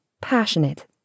passionate